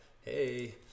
Hey